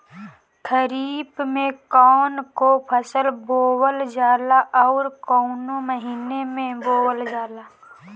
खरिफ में कौन कौं फसल बोवल जाला अउर काउने महीने में बोवेल जाला?